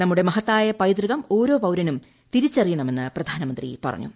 നമ്മുടെ മഹത്തായ പൈതൃകം ഓരോ പൌരനും തിരിച്ചറിയണമെന്ന് പ്രധാനമന്ത്രി പറഞ്ഞു